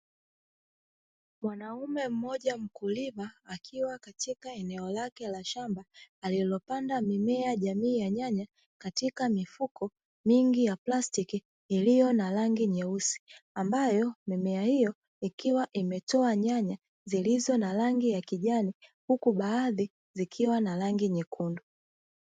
Mwanaume mmoja mkulima akiwa katika eneo lake la shamba, alililopanda mimea jamii ya nyanya, katika mifuko mingi ya plastiki iliyo na rangi nyeusi, ambayo mimea hiyo ikiwa imetoa nyanya zilizo na rangi ya kijani, huku baadhi zikiwa na rangi nyekundu.